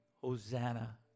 hosanna